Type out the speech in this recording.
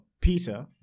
Peter